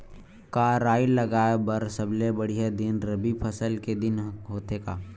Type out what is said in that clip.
का राई लगाय बर सबले बढ़िया दिन रबी फसल के दिन होथे का?